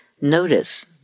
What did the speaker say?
notice